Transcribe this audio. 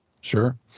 Sure